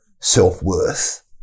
self-worth